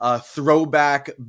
throwback